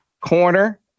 corner